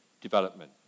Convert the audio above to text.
development